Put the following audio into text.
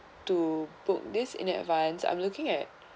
to book this in advance I'm looking at